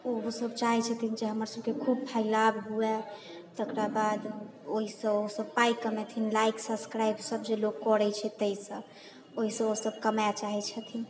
ओहो सब चाहैत छथिन जे हमर सबके खूब फैलाव हुए तकरा बाद ओहिसँ ओसब पाय कमेथिन लाइक सब्सक्राइब जे लोक सब करैत छै ताहि से ओहिसँ ओसब कमाय चाहेैत छथिन